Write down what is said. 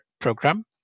program